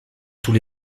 tous